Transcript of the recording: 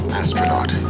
astronaut